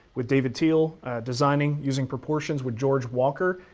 with david thiel designing using proportions with george walker.